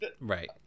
Right